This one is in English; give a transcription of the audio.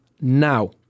now